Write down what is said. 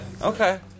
Okay